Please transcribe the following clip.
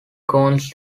gowns